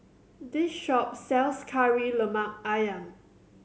this shop sells Kari Lemak Ayam